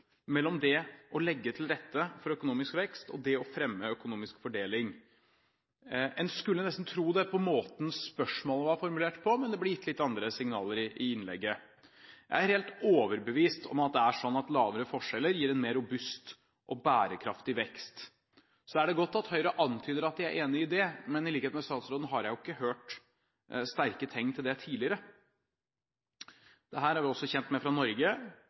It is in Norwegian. mellom det å legge til rette for økonomisk vekst, og det å fremme økonomisk fordeling? En skulle nesten tro det på måten spørsmålet var formulert på – men det ble gitt litt andre signaler i innlegget. Jeg er helt overbevist om at mindre forskjeller gir en mer robust og bærekraftig vekst. Så er det godt at Høyre antyder at de er enig i det, men, i likhet med statsråden, har jeg ikke sett sterke tegn til det tidligere. Dette er vi også kjent med fra Norge.